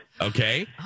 Okay